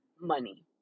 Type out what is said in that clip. money